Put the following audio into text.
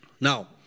now